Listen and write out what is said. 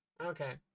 Okay